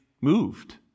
moved